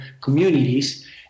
communities